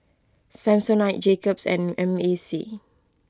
Samsonite Jacob's and M A C